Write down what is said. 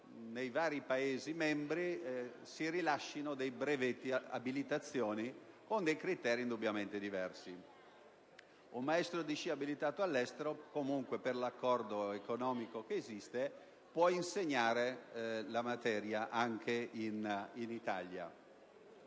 nei vari Paesi membri si rilascino dei brevetti o abilitazioni sulla base di criteri indubbiamente diversi. Un maestro di sci abilitato all'estero può comunque, per l'accordo economico esistente, insegnare la materia anche in Italia.